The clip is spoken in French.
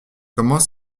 comment